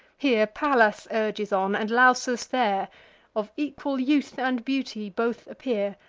here pallas urges on, and lausus there of equal youth and beauty both appear,